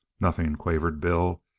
nothing, quavered bill,